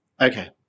Okay